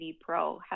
pro